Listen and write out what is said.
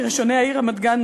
מראשוני העיר רמת-גן,